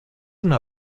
una